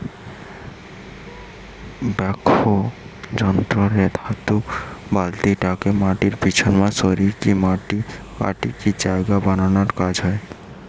backhoe যন্ত্র রে ধাতু বালতিটা মাটিকে পিছনমা সরিকি মাটি কাটিকি জায়গা বানানার কাজ হয়